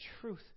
truth